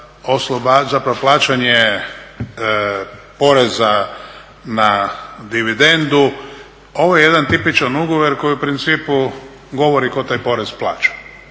čulo da plaćanje poreza na dividendu, ovo je jedan tipičan ugovor koji u principu govori tko taj porez plaća.